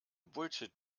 bullshit